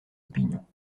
opinions